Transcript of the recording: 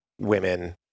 women